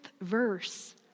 verse